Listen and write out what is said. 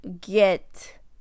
get